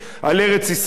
על ארץ-ישראל,